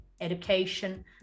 education